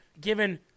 given